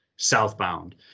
southbound